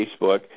Facebook